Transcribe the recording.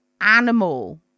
animal